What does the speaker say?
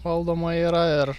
valdoma yra ir